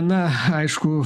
na aišku